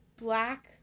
black